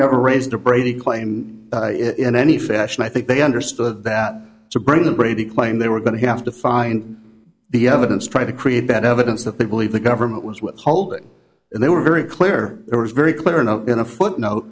never raised a brady claim in any fashion i think they understood that to bring the brady claim they were going to have to find the evidence try to create better evidence that they believe the government was withholding and they were very clear it was very clear in a in a footnote